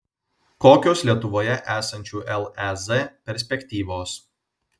kokios lietuvoje esančių lez perspektyvos